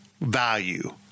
value